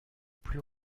plus